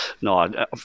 no